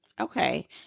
Okay